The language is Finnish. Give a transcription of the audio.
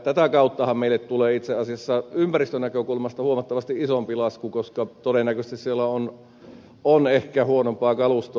tätä kauttahan meille tulee itse asiassa ympäristönäkökulmasta huomattavasti isompi lasku koska todennäköisesti siellä on ehkä huonompaa kalustoa